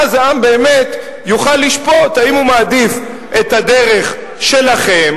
ואז העם באמת יוכל לשפוט האם הוא מעדיף את הדרך שלכם,